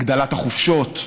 הגדלת החופשות,